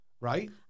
right